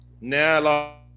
now